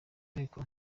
ariko